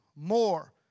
More